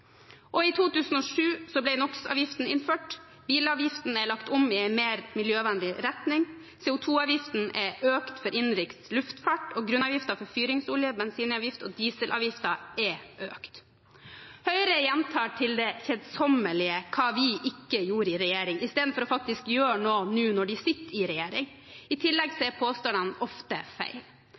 I 2007 ble NOx-avgiften innført, bilavgiften er lagt om i en mer miljøvennlig retning, CO2-avgiften er økt for innenriks luftfart, og grunnavgiften for fyringsolje, bensinavgiften og dieselavgiften er økt. Høyre gjentar til det kjedsommelige hva vi ikke gjorde i regjering, i stedet for faktisk å gjøre noe nå når de sitter i regjering. I tillegg er påstandene ofte feil.